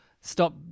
stop